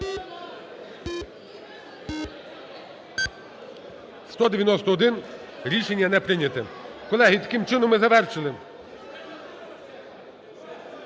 За-191 Рішення не прийнято. Колеги, таким чином ми завершили.